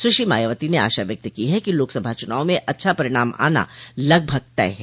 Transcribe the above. सुश्री मायावती ने आशा व्यक्त की है कि लोकसभा चुनाव में अच्छा परिणाम आना लगभग तय है